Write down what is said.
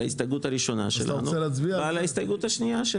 על ההסתייגות הראשונה שלנו ועל ההסתייגות השנייה,